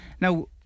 Now